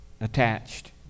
attached